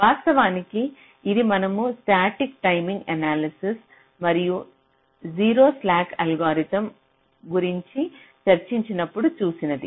వాస్తవానికి ఇది మనము స్టాటిక్ టైమింగ్ ఎనాలసిస్ మరియు 0 స్క్యు అల్గోరిథం గురించి చర్చించినప్పుడు చూసినది